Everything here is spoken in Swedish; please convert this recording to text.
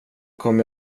kommer